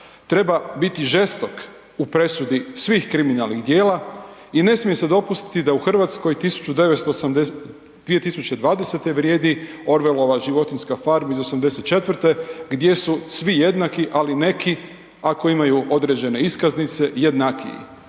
treba biti žestok u presudi svih kriminalnih dijela i ne smije se dopustiti da u Hrvatskoj 2020. vrijedi Orwellova životinjska farma iz '84. gdje su svi jednaki, ali neki ako imaju određene iskaznice jednakiji